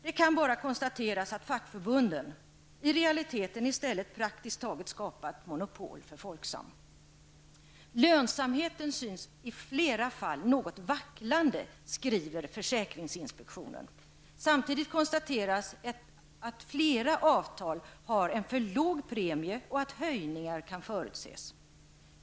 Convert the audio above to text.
Det kan bara konstateras att fackförbunden i realiteten i stället praktiskt taget skapat monopol för Folksam. Lönsamheten synes i flera fall något vacklande, skriver försäkringsinspektionen. Samtidigt konstateras att flera avtal har en för låg premie och att höjningar kan förutses.